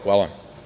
Hvala.